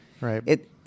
Right